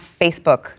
Facebook